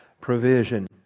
provision